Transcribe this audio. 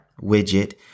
widget